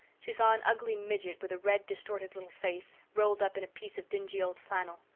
she saw an ugly midget with a red, distorted little face, rolled up in a piece of dingy old flannel.